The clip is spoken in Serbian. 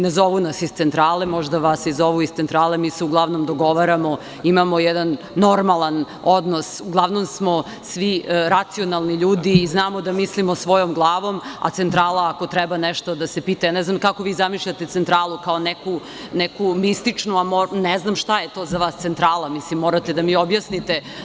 Ne zovu nas iz centrale, možda vas zovu, mi se uglavnom dogovaramo, imamo jedan normalan odnos, uglavnom smo svi racionalni ljudi i znamo da mislimo svojom glavom, a centrala ako treba nešto da se pita, jer ja ne znam kako vi zamišljate centralu, kao neku mističnu, ne znam šta je za vas centrala, morate da mi objasnite?